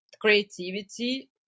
creativity